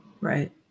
right